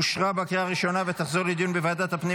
אושרה בקריאה הראשונה ותחזור לדיון בוועדת הפנים